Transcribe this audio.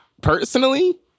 personally